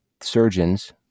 surgeons